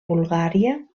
bulgària